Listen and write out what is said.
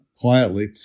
quietly